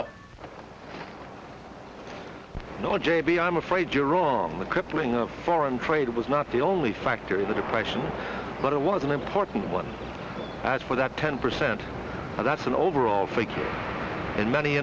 up no j b i'm afraid you're wrong the crippling of foreign trade was not the only factor in the depression but it was an important one as for that ten percent that's an overall freaking in many